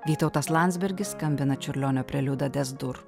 vytautas landsbergis skambina čiurlionio preliudą nes durų